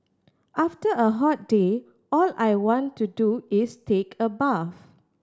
after a hot day all I want to do is take a bath